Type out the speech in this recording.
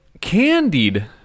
candied